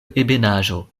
ebenaĵo